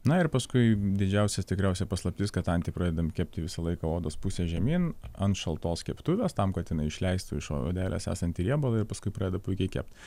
na ir paskui didžiausia tikriausia paslaptis kad antį pradedam kepti visą laiką odos puse žemyn ant šaltos keptuvės tam kad jinai išleistų iš odelės esantį riebalą ir paskui pradeda puikiai kept